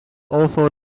also